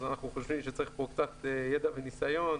אנחנו חושבים שצריך פה קצת ידע וניסיון,